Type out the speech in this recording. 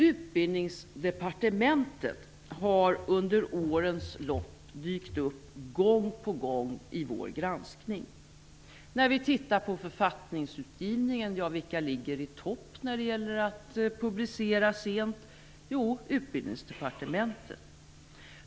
Utbildningsdepartementet har under årens lopp gång på gång dykt upp i vår granskning. När vi tittar på författningsutgivningen, vilka ligger då i topp när det gäller sen publicering? Jo, Utbildningsdepartementet.